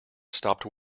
stopped